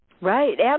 Right